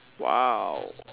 !wow!